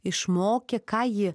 išmokė ką ji